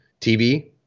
TV